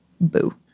Boo